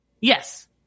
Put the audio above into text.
Yes